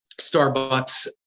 Starbucks